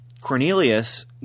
Cornelius